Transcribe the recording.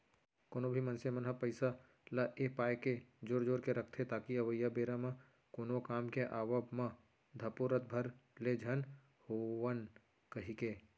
कोनो भी मनसे मन ह पइसा ल ए पाय के जोर जोर के रखथे ताकि अवइया बेरा म कोनो काम के आवब म धपोरत भर ले झन होवन कहिके